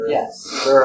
Yes